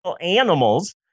animals